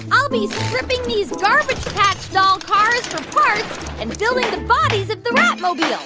i'll be stripping these garbage patch doll cars for parts and building the bodies of the rat-mobiles